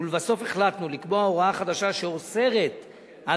ולבסוף החלטנו לקבוע הוראה חדשה שאוסרת על